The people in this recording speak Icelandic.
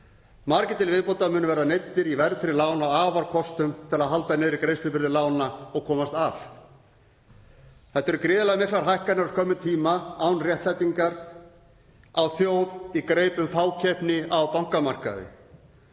Margir til viðbótar verða neyddir í verðtryggð lán að afarkostum til að halda niðri greiðslubyrði lána og komast af. Þetta eru gríðarlega miklar hækkanir á skömmum tíma án réttlætingar á þjóð í greipum fákeppni á bankamarkaði.